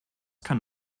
kann